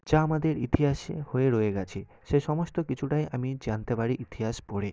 যা আমাদের ইতিহাসে হয়ে রয়ে গেছে সে সমস্ত কিছুটাই আমি জানতে পারি ইতিহাস পড়ে